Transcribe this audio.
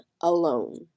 alone